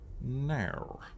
now